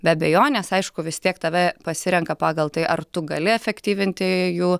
be abejonės aišku vis tiek tave pasirenka pagal tai ar tu gali efektyvinti jų